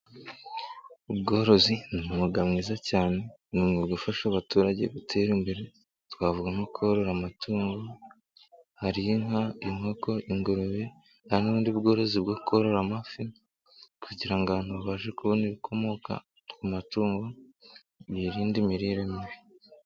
Ubworozi ni umwuga mwiza cyane kubera ko ufasha abaturage gutera imbere ,muri bwo twavuga ubworozi bw'inkoko, ubworozi bwo korora amafi kugira abantu babashe kubona ibikomoka ku matungo birinda imirire mibi.